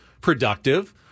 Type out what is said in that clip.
productive